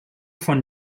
von